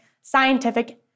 scientific